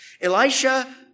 Elisha